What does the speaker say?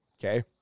Okay